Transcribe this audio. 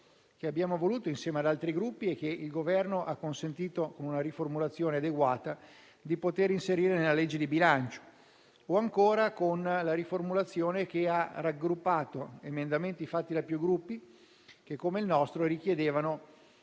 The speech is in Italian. che abbiamo voluto insieme ad altri Gruppi e che il Governo ha consentito, con una riformulazione adeguata, di poter inserire nel disegno di legge di bilancio. Penso altresì alla riformulazione che ha raggruppato emendamenti fatti da più Gruppi che, come il nostro, richiedevano